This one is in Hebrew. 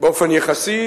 באופן יחסי,